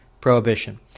prohibition